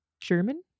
German